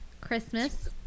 Christmas